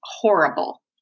horrible